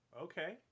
okay